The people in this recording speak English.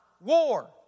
War